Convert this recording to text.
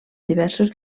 diversos